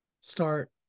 start